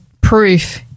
proof